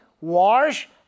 wash